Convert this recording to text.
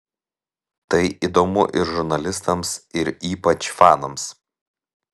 tai įdomu ir žurnalistams ir ypač fanams